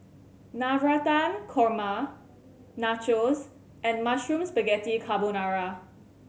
Navratan Korma Nachos and Mushroom Spaghetti Carbonara